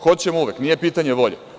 Hoćemo uvek, nije pitanje volje.